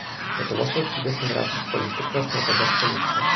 lietuvos valstybės migracijos politiką strateguos policija